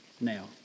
now